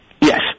Yes